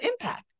impact